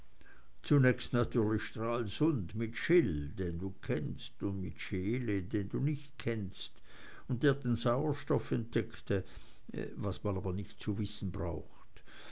zunächst natürlich stralsund mit schill den du kennst und mit scheele den du nicht kennst und der den sauerstoff entdeckte was man aber nicht zu wissen braucht